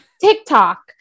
tiktok